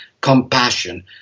Compassion